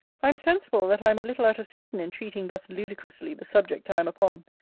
i am sensible that i am a little out of season in treating thus ludicrously the subject i am upon,